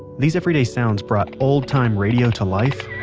these everyday sounds brought old-time radio to life,